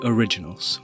Originals